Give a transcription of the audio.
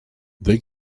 they